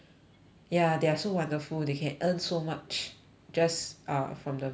ya they are so wonderful they can earn so much just uh from the viewership